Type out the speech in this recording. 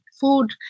food